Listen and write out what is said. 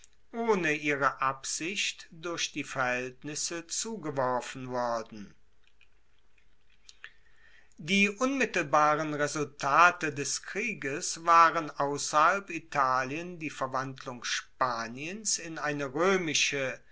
ohne ihre absicht durch die verhaeltnisse zugeworfen worden die unmittelbaren resultate des krieges waren ausserhalb italien die verwandlung spaniens in eine roemische